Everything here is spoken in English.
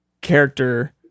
character